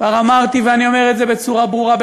כבר אמרתי ואני אומר את זה בצורה ברורה: